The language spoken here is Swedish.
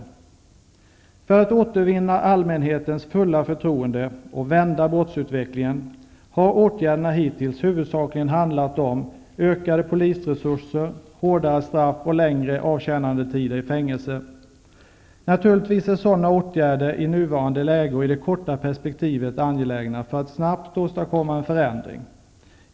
Åtgärderna för att återvinna allmänhetens fulla förtroende och vända brottsutvecklingen har hittills huvudsakligen handlat om ökade polisresurser, hårdare straff och längre avtjänandetider i fängelser. Naturligtvis är sådana åtgärder i nuvarande läge och i det korta perspektivet angelägna, för att snabbt åstadkomma en förändring.